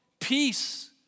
peace